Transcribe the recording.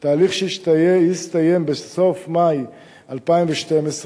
תהליך שהסתיים בסוף מאי 2012,